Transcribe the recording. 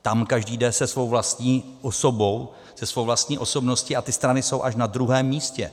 Tam každý jde se svou vlastí osobou, se svou vlastní osobností a ty strany jsou až na druhém místě.